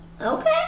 okay